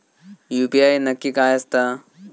UPI नक्की काय आसता?